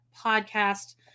podcast